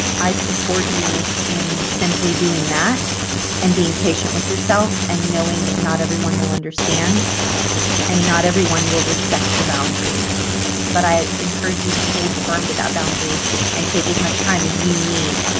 i support you in simply doing that and being patient with yourself and knowing that not everyone will understand and not everyone will respect your boundary but i encourage you to hold firm to that boundary and take as much time as you need.